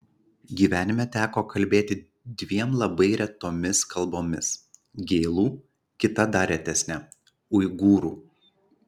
gyvenime teko kalbėti dviem labai retomis kalbomis gėlų kita dar retesne uigūrų